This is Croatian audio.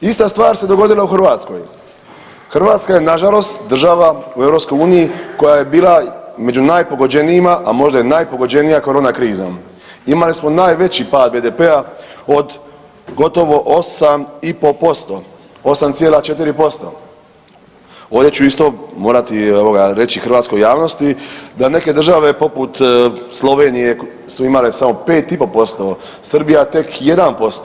Ista stvar se dogodila u Hrvatskoj, Hrvatska je nažalost država u EU koja je bila među najpogođenijima, a možda i najpogođenija korona krizom, imali smo najveći pad BDP-a od gotovo 8,5%, 8,4% ovdje ću isto morati reći hrvatskoj javnosti da neke države poput Slovenije su imale samo 5,5%, Srbija tek 1%